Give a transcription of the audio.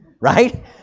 right